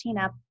up